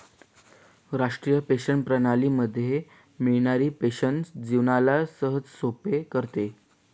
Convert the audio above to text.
राष्ट्रीय पेंशन प्रणाली मध्ये मिळणारी पेन्शन जीवनाला सहजसोपे करते